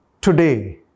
Today